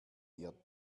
ihr